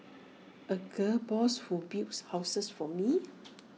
A gal boss who builds houses for me